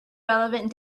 relevant